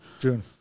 June